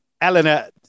Eleanor